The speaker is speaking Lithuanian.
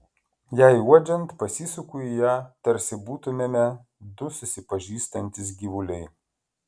jai uodžiant pasisuku į ją tarsi būtumėme du susipažįstantys gyvuliai